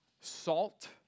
salt